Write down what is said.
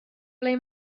ble